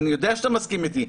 אני יודע שאתה מסכים איתי,